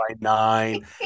nine